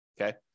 Okay